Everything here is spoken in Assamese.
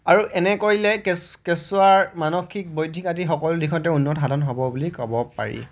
আৰু এনে কৰিলে কেঁচুৱাৰ মানসিক বৌদ্ধিক আদি সকলো দিশতে উন্নত সাধন হ'ব বুলি ক'ব পাৰি